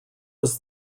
was